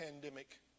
pandemic